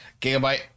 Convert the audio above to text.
Gigabyte